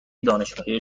دانشگاهی